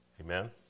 Amen